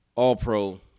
All-pro